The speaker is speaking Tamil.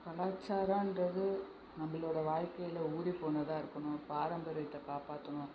கலாச்சாரன்றது நம்மளோடய வாழ்க்கையில் ஊறிப்போனதாக இருக்கணும் பாரம்பரியத்தை காப்பாற்றணும்